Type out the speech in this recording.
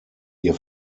ihr